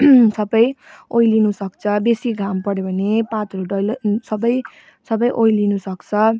सबै ओइलिनु सक्छ बेसी घाम पऱ्यो भने पातहरू डल्लै सबै सबै ओइलिनु सक्छ